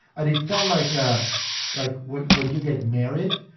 and it felt like ah like when you get married,